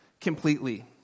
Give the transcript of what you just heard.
completely